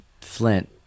flint